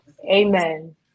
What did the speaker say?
Amen